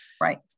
Right